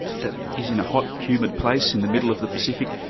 that is in a hot, humid place in the middle of the pacific,